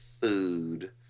food